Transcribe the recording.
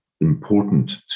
important